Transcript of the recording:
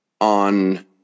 on